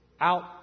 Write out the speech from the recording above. out